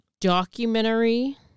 Documentary